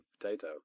Potato